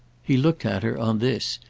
he looked at her, on this,